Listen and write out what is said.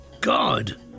God